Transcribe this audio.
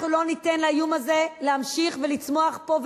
אנחנו לא ניתן לאיום הזה להמשיך ולצמוח פה,